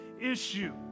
issue